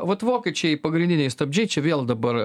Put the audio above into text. vat vokiečiai pagrindiniai stabdžiai čia vėl dabar